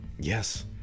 Yes